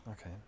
Okay